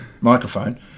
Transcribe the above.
microphone